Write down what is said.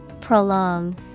Prolong